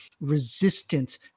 resistance